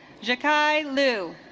jack i lou